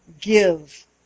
give